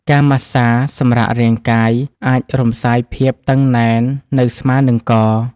ការម៉ាស្សាសម្រាករាងកាយ អាចរំសាយភាពតឹងណែននៅស្មា និងក។